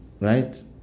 right